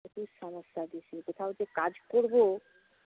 প্রচুর সমস্যা দেশে কোথাও যে কাজ করব